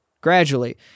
gradually